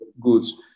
goods